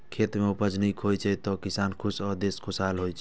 खेत मे उपज नीक होइ छै, तो किसानो खुश आ देशो खुशहाल होइ छै